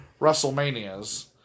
WrestleManias